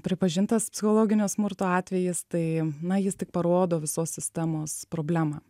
pripažintas psichologinio smurto atvejis tai na jis tik parodo visos sistemos problemą